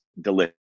delicious